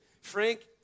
Frank